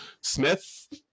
Smith